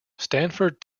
stanford